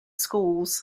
schools